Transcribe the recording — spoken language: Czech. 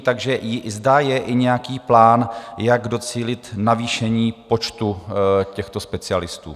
Takže zda je nějaký plán, jak docílit navýšení počtu těchto specialistů?